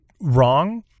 wrong